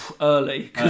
Early